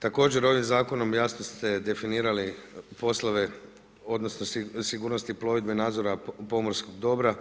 Također ovim zakonom jasno ste definirali poslove odnosno sigurnosti plovidbe nadzora pomorskog dobra